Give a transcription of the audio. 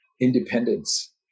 independence